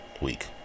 week